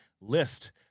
list